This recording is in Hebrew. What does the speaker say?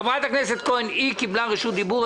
חברת הכנסת כהן קיבלה רשות דיבור.